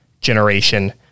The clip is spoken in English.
generation